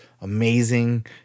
amazing